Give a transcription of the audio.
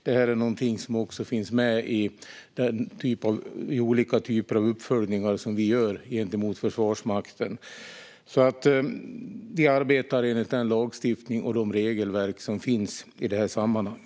Detta är något som finns med i de olika uppföljningar som vi gör gentemot Försvarsmakten. Vi arbetar enligt den lagstiftning och de regelverk som finns i detta sammanhang.